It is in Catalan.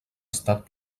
estat